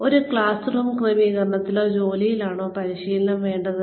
ഒരു classroom ക്രമീകരണത്തിലാണോ ജോലിയിലാണോ പരിശീലനം നടത്തേണ്ടത്